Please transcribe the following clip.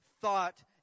thought